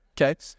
okay